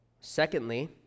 Secondly